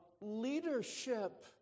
leadership